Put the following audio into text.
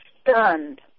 stunned